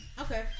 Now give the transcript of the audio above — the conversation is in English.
okay